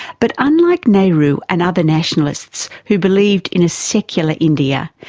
but unlike nehru and other nationalists who believed in a secular india,